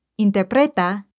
interpreta